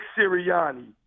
Sirianni